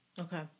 okay